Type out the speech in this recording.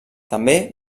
també